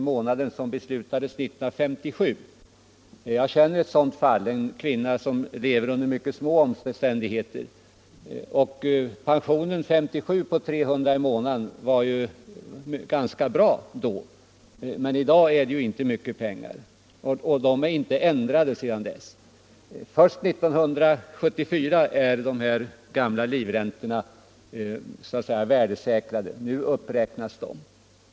i månaden som fastställdes 1957. Jag känner ett sådant fall, en kvinna som lever under mycket små omständigheter. 300 kr. i månaden år 1957 var en ganska bra pension, men i dag är det inte mycket pengar. Först fr.o.m. år 1974 är dessa livräntor värdesäkrade.